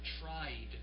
tried